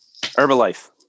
Herbalife